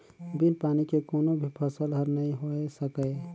बिन पानी के कोनो भी फसल हर नइ होए सकय